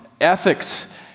ethics